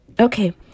Okay